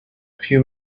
few